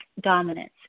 dominance